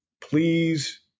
please